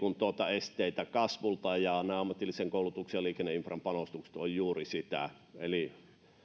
esteitä kasvulta ja nämä ammatillisen koulutuksen ja liikenneinfran panostukset ovat juuri sitä eli